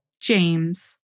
James